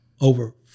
over